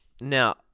Now